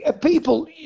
People